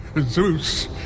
Zeus